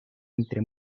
entre